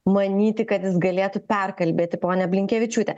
manyti kad jis galėtų perkalbėti ponią blinkevičiūtę